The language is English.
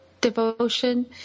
devotion